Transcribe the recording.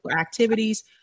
activities